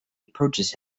approaches